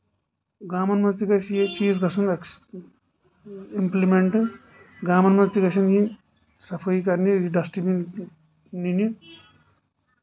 گامَن منٛز تہِ گژھِ یہِ چیٖز گژھُن ایکس امپلِمنٹ گامَن منٛز تہِ گژھَن یِنۍ صفٲیی کَرنہِ ڈسٹبیٖن نِنہِ